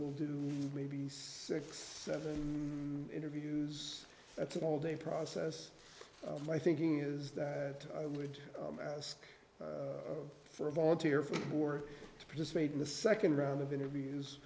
will do maybe six seven interviews that's an all day process my thinking is that i would ask for a volunteer from or to participate in the second round of interviews